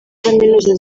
kaminuza